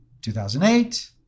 2008